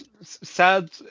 sad